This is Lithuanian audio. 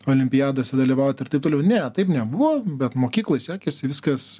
olimpiadose dalyvaut ir taip toliau ne taip nebuvo bet mokykloj sekėsi viskas